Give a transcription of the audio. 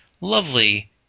lovely